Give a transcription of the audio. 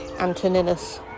Antoninus